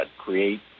create